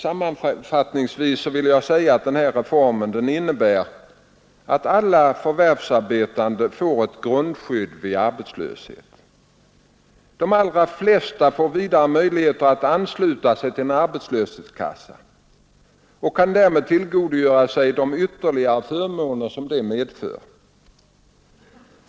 Sammanfattningsvis vill jag säga att den här reformen innebär att alla förvärvsarbetande får ett grundskydd vid arbetslöshet. De allra flesta får vidare möjlighet att ansluta sig till en arbetslöshetskassa och kan därmed tillgodogöra sig de ytterligare förmåner som det medför.